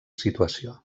situació